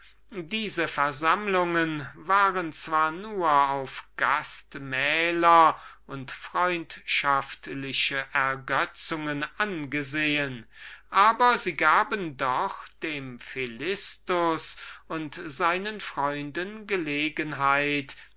diese versammlungen waren zwar nur auf gastmähler und freundschaftliche ergötzungen angesehen aber sie gaben doch dem philistus und seinen freunden gelegenheit